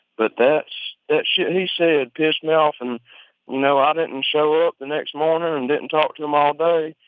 but that shit he said pissed me off. and i you know ah didn't and show up the next morning and didn't talk to him all day.